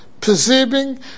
perceiving